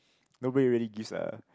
nobody really gives a